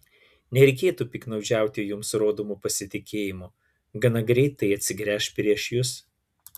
nereikėtų piktnaudžiauti jums rodomu pasitikėjimu gana greit tai atsigręš prieš jus